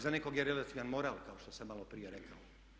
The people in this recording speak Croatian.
Za nekog je relativan moral, kao što sam malo prije rekao.